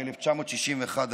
ב-1961,